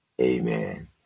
Amen